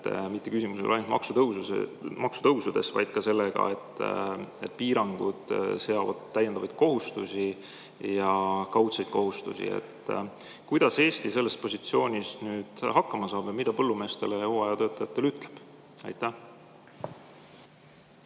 tapab. Küsimus ei ole ainult maksutõusudes, vaid ka selles, et piirangud seavad täiendavaid kohustusi ja kaudseid kohustusi. Kuidas Eesti selles positsioonis nüüd hakkama saab ja mida põllumeestele ja hooajatöötajatele öelda võib?